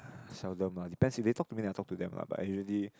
seldom ah depends if they talk to me I talk to them lah but I really